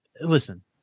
listen